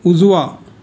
उजवा